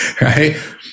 right